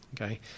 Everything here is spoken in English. Okay